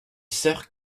sœur